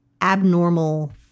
abnormal